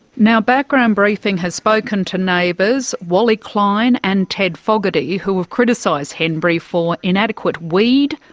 now, background briefing has spoken to neighbours wally klein and ted fogarty, who have criticised henbury for inadequate weed,